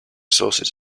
sources